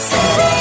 City